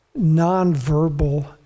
nonverbal